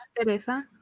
Teresa